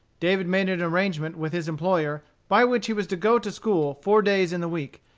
david made an arrangement with his employer by which he was to go to school four days in the week,